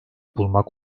bulmak